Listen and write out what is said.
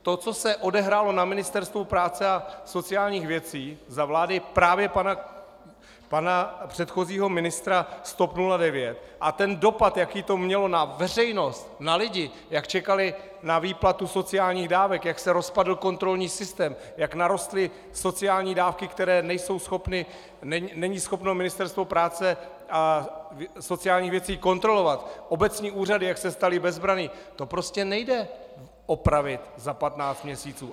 To, co se odehrálo na Ministerstvu práce a sociálních věcí za vlády právě pana předchozího ministra z TOP 09, a ten dopad, jaký to mělo na veřejnost, na lidi, jak čekali na výplatu sociálních dávek, jak se rozpadl kontrolní systém, jak narostly sociální dávky, které není schopno Ministerstvo práce a sociálních věcí kontrolovat, obecní úřady jak se staly bezbranné, to prostě nejde opravit za patnáct měsíců.